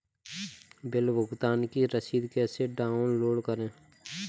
Bill भुगतान की रसीद कैसे डाउनलोड करें?